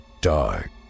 dark